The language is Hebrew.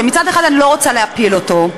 שמצד אחד אני לא רוצה להפיל אותו,